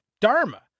Dharma